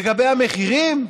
לגבי המחירים?